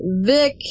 Vic